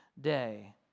day